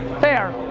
fair,